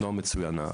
לא המצוין,